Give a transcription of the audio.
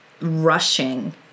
rushing